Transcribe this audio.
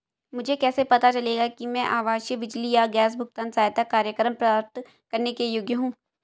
मुझे कैसे पता चलेगा कि मैं आवासीय बिजली या गैस भुगतान सहायता कार्यक्रम प्राप्त करने के योग्य हूँ?